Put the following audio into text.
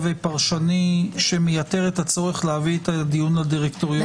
פרשני שמייתר את הצורך להביא את הדיון לדירקטוריון.